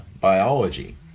biology